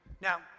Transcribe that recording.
now